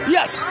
Yes